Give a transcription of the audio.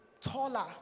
taller